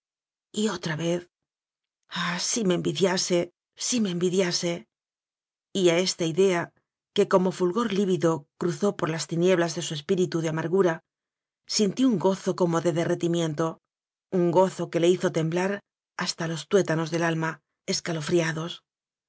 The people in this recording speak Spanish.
y otra vez ah si me envi diase si me envidiase y a esta idea que como fulgor lívido cruzó por las tinieblas de su espíritu de amargura sintió un gozo como de derretimiento un gozo que le hizo temblar hasta los tuétanos del alma